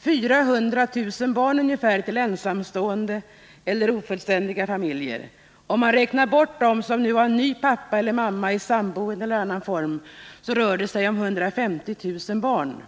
400 000 barn ensamstående förälder eller ofullständig familj. Om man räknar bort dem som har ny pappa eller mamma i form av sammanboende eller på annat sätt, rör det sig om 150 000 barn.